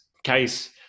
case